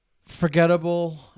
forgettable